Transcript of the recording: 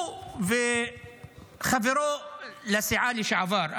הוא וחברו לסיעה לשעבר,